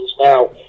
now